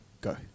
Go